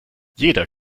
jeder